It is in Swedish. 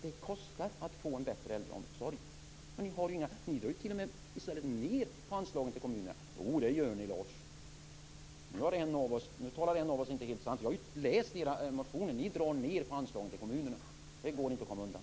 Det kostar att få en bättre äldreomsorg, men ni har inga pengar. Jag har läst era motioner, så jag vet att ni drar ned på anslagen till kommunerna. Det går inte att komma undan.